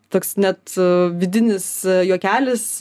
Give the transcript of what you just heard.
toks net vidinis juokelis